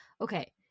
okay